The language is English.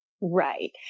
Right